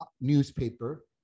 newspaper